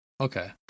Okay